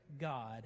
God